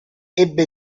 ebbe